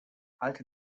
alte